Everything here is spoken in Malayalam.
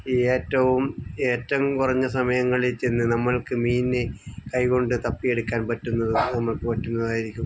ഏറ്റവും ഏറ്റവും കുറഞ്ഞ സമയങ്ങളിൽ ചെന്ന് നമ്മൾക്ക് മീനിനെ കൈ കൊണ്ട് തപ്പിയെടുക്കാൻ പറ്റുന്നത് നമുക്ക് പറ്റുന്നതായിരിക്കും